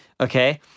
Okay